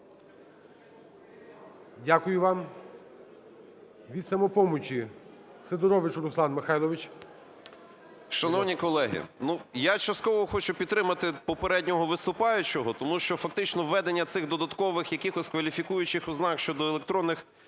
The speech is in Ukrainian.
Дякую вам. Від "Самопомочі" Сидорович Руслан Михайлович.